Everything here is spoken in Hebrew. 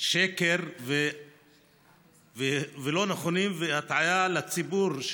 שקר ולא נכונים והטעיה של הציבור,